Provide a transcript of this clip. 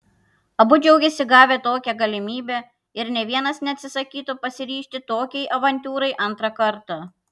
abu džiaugėsi gavę tokią galimybę ir nė vienas neatsisakytų pasiryžti tokiai avantiūrai antrą kartą